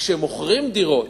כשמוכרים דירות,